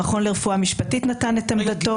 המכון לרפואה משפטית נתן את עמדתו.